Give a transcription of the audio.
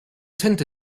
tinte